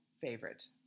favorite